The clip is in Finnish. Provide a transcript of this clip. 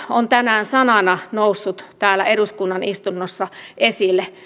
on tänään sanana noussut täällä eduskunnan istunnossa esille